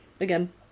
again